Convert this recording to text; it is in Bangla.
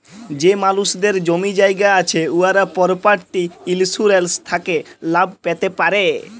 যে মালুসদের জমি জায়গা আছে উয়ারা পরপার্টি ইলসুরেলস থ্যাকে লাভ প্যাতে পারে